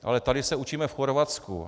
Ale tady se učíme v Chorvatsku.